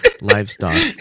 livestock